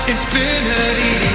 Infinity